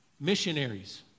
missionaries